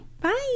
bye